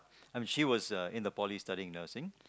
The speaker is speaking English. I mean she was uh in the poly studying nursing